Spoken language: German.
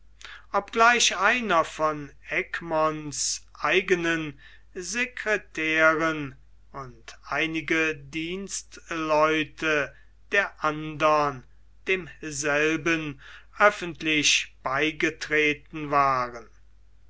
obgleich einer von egmonts eigenen secretären und einige dienstleute der andern demselben öffentlich beigetreten waren